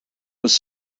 was